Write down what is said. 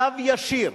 קו ישיר